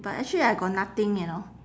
but actually I got nothing you know